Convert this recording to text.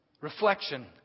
Reflection